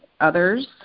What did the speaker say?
others